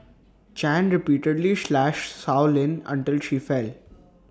chan repeatedly slashed Sow Lin until she fell